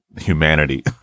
humanity